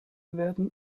werden